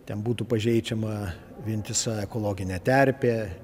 ten būtų pažeidžiama vientisa ekologinė terpė